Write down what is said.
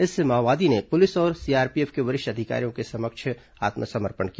इस माओवादी ने पुलिस और सीआरपीएफ के वरिष्ठ अधिकारियों के समक्ष आत्मसमर्पण किया